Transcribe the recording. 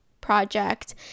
project